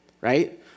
right